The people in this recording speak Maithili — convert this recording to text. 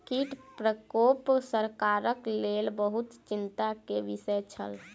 कीट प्रकोप सरकारक लेल बहुत चिंता के विषय छल